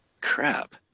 Crap